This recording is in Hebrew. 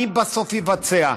מי בסוף יבצע?